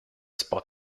spot